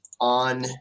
on